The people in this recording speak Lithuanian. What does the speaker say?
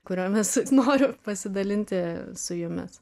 kuriomis noriu pasidalinti su jumis